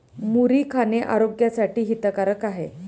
मुरी खाणे आरोग्यासाठी हितकारक आहे